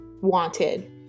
wanted